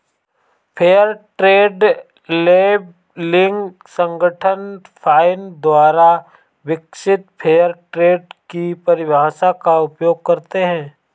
fair trade labelling संगठन FINE द्वारा विकसित फेयर ट्रेड की परिभाषा का उपयोग करते हैं